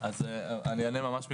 אני אענה ממש בקצרה.